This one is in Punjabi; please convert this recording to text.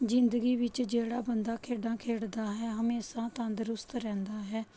ਜ਼ਿੰਦਗੀ ਵਿੱਚ ਜਿਹੜਾ ਬੰਦਾ ਖੇਡਾਂ ਖੇਡਦਾ ਹੈ ਹਮੇਸ਼ਾ ਤੰਦਰੁਸਤ ਰਹਿੰਦਾ ਹੈ